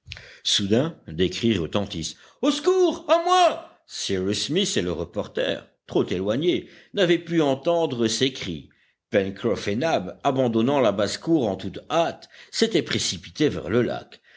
soudain des cris retentissent au secours à moi cyrus smith et le reporter trop éloignés n'avaient pu entendre ces cris pencroff et nab abandonnant la basse-cour en toute hâte s'étaient précipités vers le lac